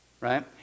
right